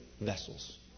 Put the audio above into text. vessels